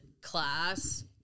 class